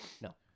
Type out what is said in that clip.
No